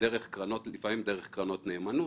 - לפעמים דרך קרנות נאמנות,